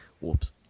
Whoops